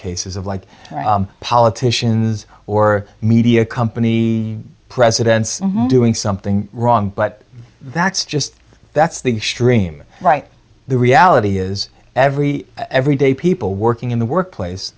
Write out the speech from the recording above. cases of like politicians or media company presidents doing something wrong but that's just that's the big streamer right the reality is every every day people working in the workplace